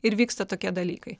ir vyksta tokie dalykai